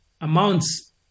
amounts